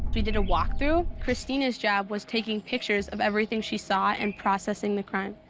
we did a walkthrough christina's job was taking pictures of everything she saw and processing the crime.